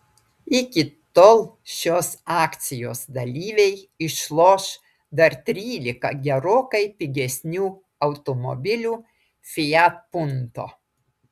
iki tol šios akcijos dalyviai išloš dar trylika gerokai pigesnių automobilių fiat punto